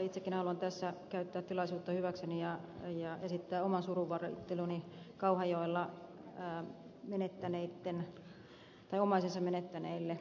itsekin haluan tässä käyttää tilaisuutta hyväkseni ja esittää oman surunvalitteluni kauhajoella omaisensa menettäneille